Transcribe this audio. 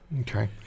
Okay